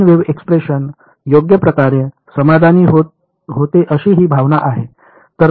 plain wave expression योग्य प्रकारे समाधानी होते अशी ही भावना आहे